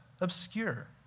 obscure